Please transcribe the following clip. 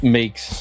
makes